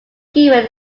given